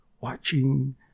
watching